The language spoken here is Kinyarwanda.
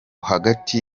hagati